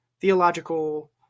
theological